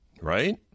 Right